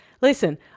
listen